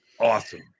awesome